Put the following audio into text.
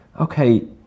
okay